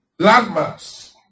landmass